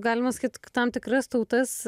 galima sakyt k tam tikras tautas